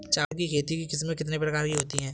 चावल की खेती की किस्में कितने प्रकार की होती हैं?